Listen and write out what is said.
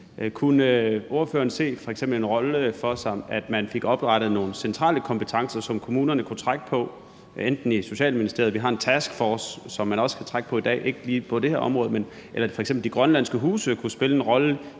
Kunne ordføreren f.eks. se en rolle for sig med, at man fik oprettet nogle centrale kompetencer, som man fra kommunernes side kunne trække på, enten i Socialministeriet – vi har også en taskforce, som man kan trække på i dag, dog ikke lige på det her område – eller at f.eks. De Grønlandske Huse kunne spille en rolle